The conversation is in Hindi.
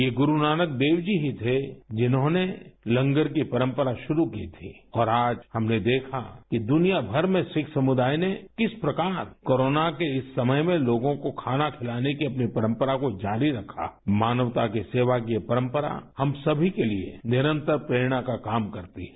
ये गुरु नानक देव जी ही थे जिन्होंने लंगर की परंपरा शुरू की थी और आज हमने देखा कि दुनिया भर में सिख समुदाय ने किस प्रकार कोरोना के इस समय में लोगों को खाना खिलाने की अपनी परंपरा को जारी रखा है मानवता की सेवा की ये परंपरा हम सभी के लिए निरंतर प्रेरणा का काम करती है